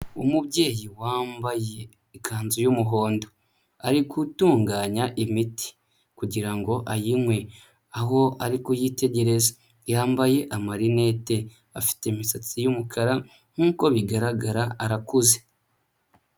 Umubyeyi wambaye ikanzu y'umuhondo ari gutunganya imiti kugira ngo ayinywe aho ari kuyitegereza, yambaye amalinete, afite imisatsi y'umukara nk'uko bigaragara arakuze.